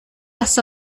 las